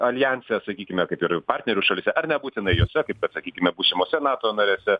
aljanse sakykime kaip ir partnerių šalyse ar ne būtinai jose kaip kad sakykime būsimose nato narėse